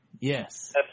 Yes